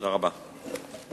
תודה רבה.